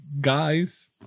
guys